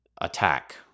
attack